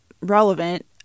relevant